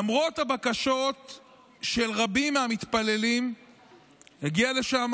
למרות הבקשות של רבים מהמתפללים הגיע לשם